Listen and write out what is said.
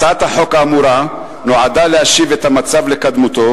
הצעת החוק האמורה נועדה להשיב את המצב לקדמותו,